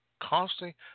constantly